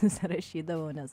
nusirašydavau nes